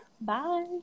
Bye